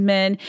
men